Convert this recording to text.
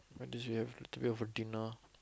what did you have to be home for dinner